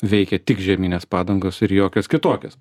veikia tik žieminės padangos ir jokios kitokios